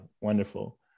wonderful